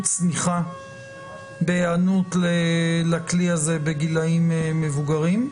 צניחה בהיענות לכלי הזה אצל המבוגרים,